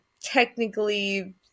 technically